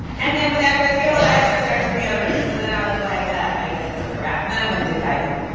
and then when that wrist healed, i had stress fractures on the other wrist, so then i was like, i guess this is a wrap. and then i went into diving.